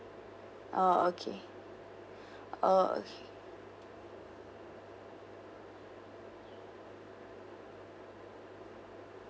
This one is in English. orh okay orh okay